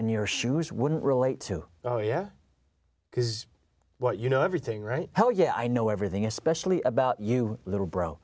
in your shoes wouldn't relate to oh yeah because what you know everything right hell yeah i know everything especially about you little bro